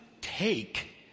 take